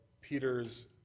Peter's